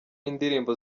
indirimbo